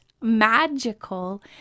magical